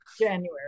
January